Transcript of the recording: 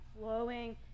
flowing